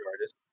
artist